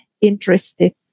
interested